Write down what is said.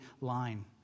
line